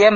એમ